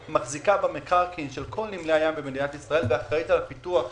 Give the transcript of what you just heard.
שמחזיקה במקרקעין של כל נמלי הים במדינת ישראל ואחראית על פיתוח הנמלים,